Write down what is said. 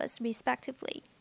respectively